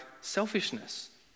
selfishness